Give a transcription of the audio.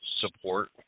support